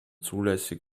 zulässig